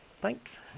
Thanks